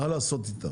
מה לעשות איתם.